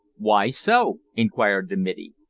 why so? inquired the middy.